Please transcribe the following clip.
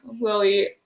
Lily